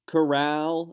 Corral